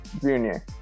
Junior